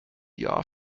jahr